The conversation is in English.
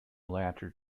latter